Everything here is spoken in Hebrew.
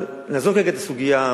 נעזוב רגע את הסוגיה.